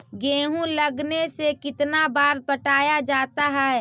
गेहूं लगने से कितना बार पटाया जाता है?